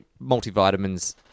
multivitamins